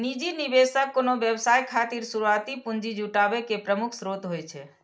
निजी निवेशक कोनो व्यवसाय खातिर शुरुआती पूंजी जुटाबै के प्रमुख स्रोत होइ छै